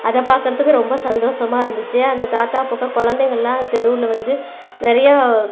அதை பார்க்கறதுக்கு ரொம்ப சந்தோசமாக இருந்துச்சு அந்த தாத்தா பார்க்க குழந்தைகள்லாம் தெருவில் வந்து நிறையா